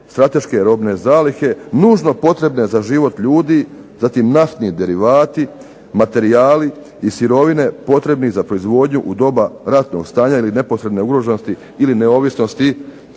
strateške robne zalihe nužno potrebne za život ljudi, zatim naftni derivati, materijali i sirovine potrebni za proizvodnju u doba ratnog stanja ili neposredne ugroženosti ili neovisnosti